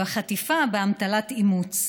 חטיפה באמתלת אימוץ.